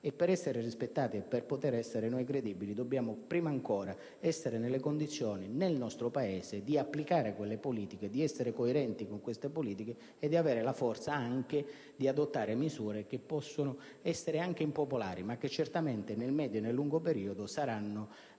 devono essere rispettati. Per essere noi credibili dobbiamo anzitutto essere nelle condizioni, nel nostro Paese, di applicare quelle politiche, di essere coerenti con esse e di avere la forza di adottare misure che possono essere anche impopolari, ma che certamente nel medio e nel lungo periodo costituiranno